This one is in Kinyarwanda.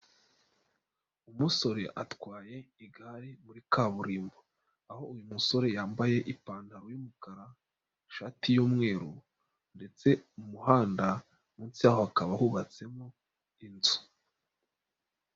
Umusore atwaye igare muri kaburimbo, aho uyu musore yambaye ipantaro y'umukara, ishati y'umweru ndetse umuhanda munsi yaho hakaba hubatsemo inzu.